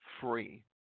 free